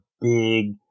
big